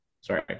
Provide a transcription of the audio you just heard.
Sorry